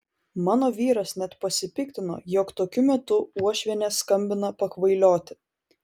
mano vyras net pasipiktino jog tokiu metu uošvienė skambina pakvailioti